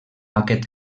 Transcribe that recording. aquest